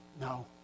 No